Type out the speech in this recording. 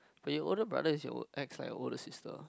but your older brother is your acts like a older sister